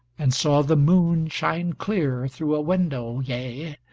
and saw the moon shine clear through a window, yea,